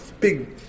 big